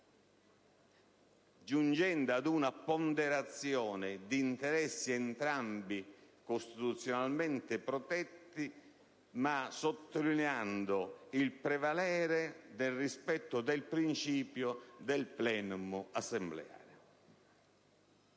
giungendo a una ponderazione degli interessi entrambi costituzionalmente protetti, ma sottolineando il prevalere del principio delrispetto *plenum* assembleare.